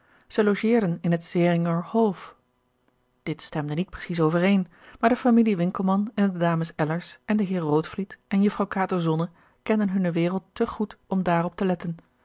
zij logeerden in het zaehringer hof dit stemde niet precies overeen maar de familie winkelman en de dames ellers en de heer rootvliet en jufvrouw kato zonne kenden hunne wereld te goed om daarop te letten